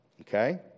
Okay